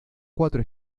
cuatro